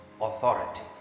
authority